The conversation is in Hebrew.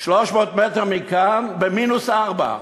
300 מטר מכאן, בקומה מינוס 4,